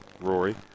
Rory